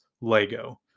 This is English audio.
Lego